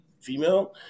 female